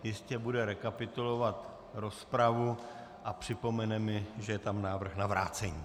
Jistě bude rekapitulovat rozpravu a připomene mi, že je tam návrh na vrácení.